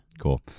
Cool